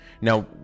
Now